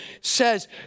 says